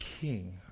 king